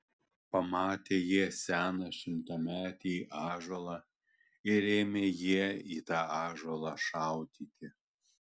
pamatė jie seną šimtametį ąžuolą ir ėmė jie į tą ąžuolą šaudyti